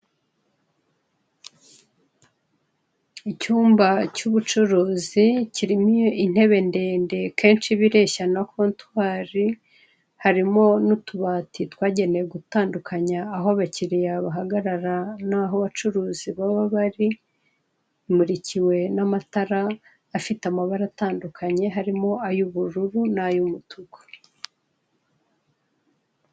Icyumba cy'ubucuruzi kirimo intebe ndende kenshi iba ireshya na kontwari, harimo n'utubati twagenewe gutandukanye aho abakiriya bahagarara naho abacuruzi baba bari. Imurukiwe n'amatara afite amabara atandukanye harimo ay'ubururu n'ay'umutuku.